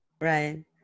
right